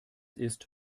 ist